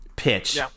Pitch